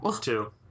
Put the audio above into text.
Two